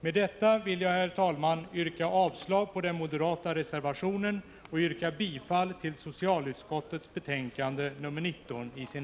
Med det anförda vill jag, herr talman, yrka avslag på den moderata reservationen och bifall till hemställan i socialutskottets betänkande 19.